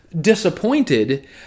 disappointed